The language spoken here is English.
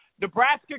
nebraska